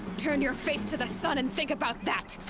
turn your face to the sun and think about that!